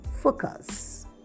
focus